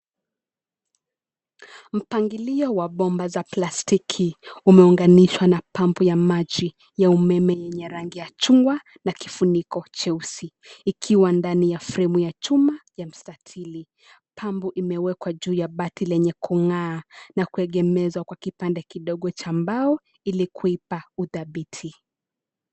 Mpangilio wa bomba za plastiki umeunganishwa na pampu ya maji ya umeme yenye rangi ya chungwa na kifuniko cheusi ikiwa ndani ya fremu ya chuma ya mstalili. Pampu imewekwa juu ya bati lenye kung'aa na kuegemezwa kwa kipande kidogo cha mbao ilikuipa udhabiti.